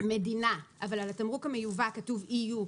מדינה אבל על התמרוק המיובא כתוב EU,